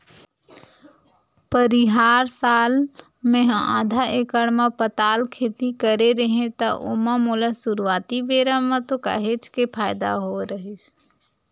परिहार साल मेहा आधा एकड़ म पताल खेती करे रेहेव त ओमा मोला सुरुवाती बेरा म तो काहेच के फायदा होय रहिस